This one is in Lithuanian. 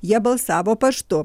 jie balsavo paštu